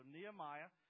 Nehemiah